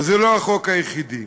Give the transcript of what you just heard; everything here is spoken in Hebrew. וזה לא החוק היחידי.